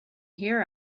hear